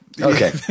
Okay